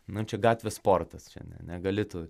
nu čia gatvės sportas čia ne negali tu